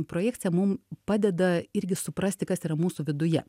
projekcija mum padeda irgi suprasti kas yra mūsų viduje